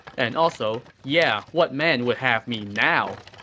and also, yeah what man would have me now?